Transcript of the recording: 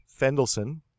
Fendelson